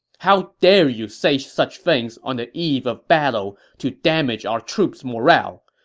how dare you say such things on the eve of battle to damage our troops' morale?